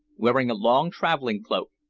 wearing a long traveling-cloak,